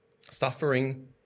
Suffering